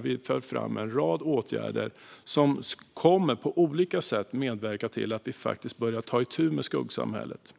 Vi för fram en rad åtgärder som på olika sätt kommer att medverka till att vi faktiskt börjar ta itu med skuggsamhället.